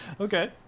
Okay